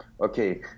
okay